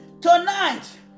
tonight